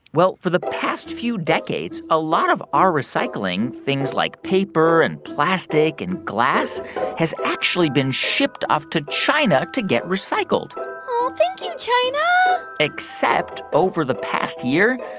well, for the past few decades, a lot of our recycling things like paper and plastic and glass has actually been shipped off to china to get recycled oh, thank you, china except over the past year,